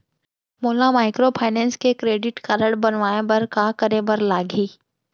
मोला माइक्रोफाइनेंस के credit card बनवाए बर का करे बर लागही?